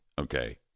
Okay